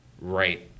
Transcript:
right